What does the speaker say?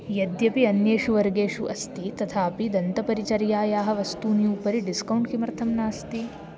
यद्यपि अन्येषु वर्गेषु अस्ति तथापि दन्तपरिचर्यायाः वस्तूनि उपरि डिस्कौण्ट् किमर्थं नास्ति